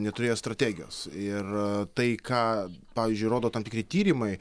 neturėjo strategijos ir tai ką pavyzdžiui rodo tam tikri tyrimai